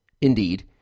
indeed